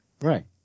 Right